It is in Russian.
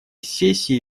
сессии